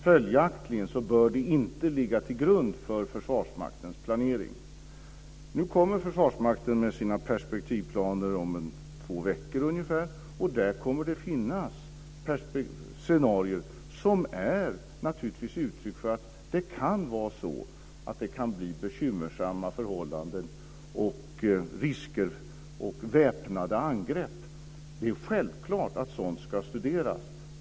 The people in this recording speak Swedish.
Följaktligen bör det inte ligga till grund för Försvarsmaktens planering. Nu kommer Försvarsmakten med sina perspektivplaner om ungefär två veckor, och där kommer det att finnas scenarier som naturligtvis är uttryck för att det kan bli bekymmersamma förhållanden, risker och väpnade angrepp. Det är självklart att sådant ska studeras.